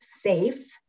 safe